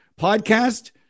podcast